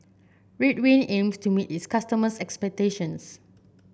Ridwind aims to meet its customers' expectations